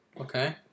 okay